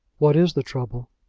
what is the trouble?